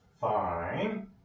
fine